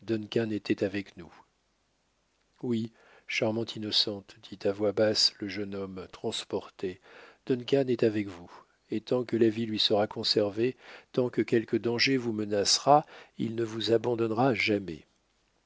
avec nous oui charmante innocente dit à voix basse le jeune homme transporté duncan est avec vous et tant que la vie lui sera conservée tant que quelque danger vous menacera il ne vous abandonnera jamais